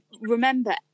remember